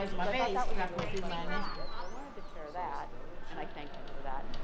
so i thought that was a really clever idea. so i wanted to share that and i thank him for that.